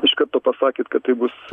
iš karto pasakėt kad tai bus